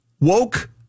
Woke